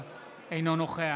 אינו נוכח